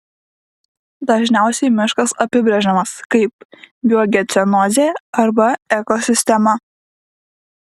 dažniausiai miškas apibrėžimas kaip biogeocenozė arba ekosistema